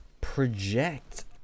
project